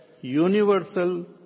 universal